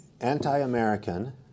anti-American